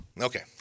Okay